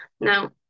Now